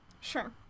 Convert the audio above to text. Sure